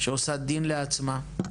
שעושה דין לעצמה,